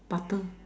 butter